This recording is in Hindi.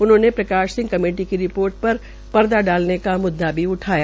उन्होंने प्रकाश कमेटी की रिपोर्ट पर पर्दा डालने का म्द्दा भी उठाया